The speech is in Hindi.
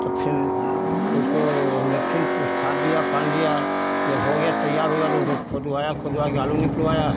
तब फिर उसको हमने फिर कुछ खाद दिया पानी दिया जब हो गया तैयार हो गया तो उसको खोदवाया खोदवा के आलू निकलवाया